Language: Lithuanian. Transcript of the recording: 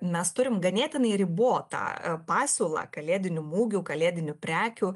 mes turim ganėtinai ribotą pasiūlą kalėdinių mugių kalėdinių prekių